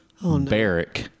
barrack